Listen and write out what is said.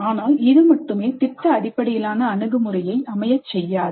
ஆனால் இது மட்டுமே திட்ட அடிப்படையிலான அணுகுமுறையை அமைய செய்யாது